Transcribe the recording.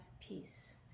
peace